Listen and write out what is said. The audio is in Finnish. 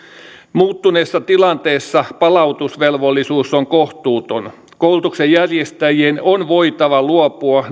muuttuneessa tilanteessa palautusvelvollisuus on kohtuuton koulutuksen järjestäjien on voitava luopua